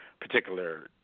particular